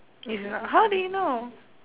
it's not how do you know